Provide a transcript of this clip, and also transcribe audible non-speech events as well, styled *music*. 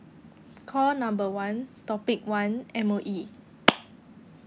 call number one topic one M_O_E *noise*